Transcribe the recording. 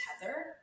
tether